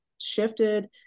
shifted